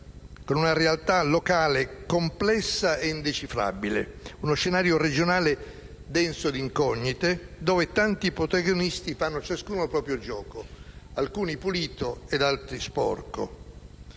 con una realtà locale complessa e indecifrabile, uno scenario regionale denso di incognite, dove i tanti protagonisti fanno ciascuno il proprio gioco, alcuni pulito e altri sporco.